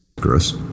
Gross